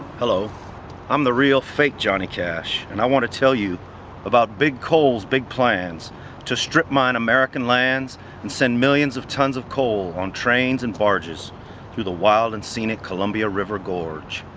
hello i'm the real fake johnny cash and i wanna tell you about big coal's big plans to strip-mine american lands and send millions of tons of coal on trains and barges through the wild and scenic columbia river gorge.